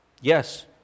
Yes